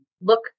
look